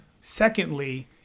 Secondly